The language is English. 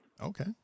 Okay